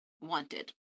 wanted